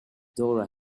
dora